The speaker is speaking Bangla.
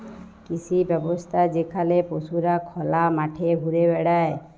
কৃষি ব্যবস্থা যেখালে পশুরা খলা মাঠে ঘুরে বেড়ায়